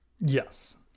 Yes